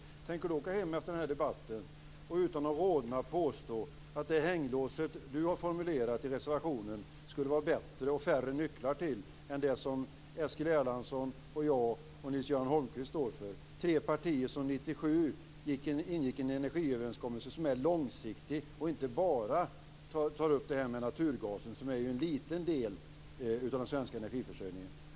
Tänker Harald Bergström åka hem efter denna debatt och utan att rodna påstå att det hänglås som han har formulerat i reservationen skulle vara bättre och att det finns färre nycklar till det än det som Eskil Erlandsson, jag och Nils-Göran Holmqvist står för, tre partier som 1997 ingick en energiöverenskommelse som är långsiktig och inte bara tar upp naturgasen, som ju är en liten del av den svenska energiförsörjningen?